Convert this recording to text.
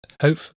Hope